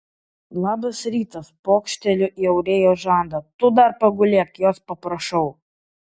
labas rytas pokšteliu į aurėjos žandą tu dar pagulėk jos paprašau